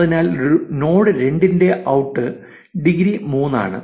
അതിനാൽ നോഡ് 2 ന്റെ out degree 3 ആണ്